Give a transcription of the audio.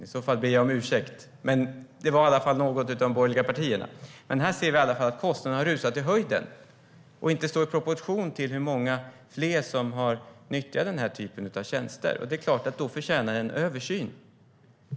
I så fall ber jag om ursäkt, men det var i alla fall någon från något av de borgerliga partierna. Här ser vi alla fall att kostnaderna har rusat i höjden och inte står i proportion till hur många fler som har nyttjat den här typen av tjänster. Det är klart att det då förtjänar en översyn.